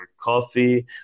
coffee